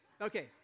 Okay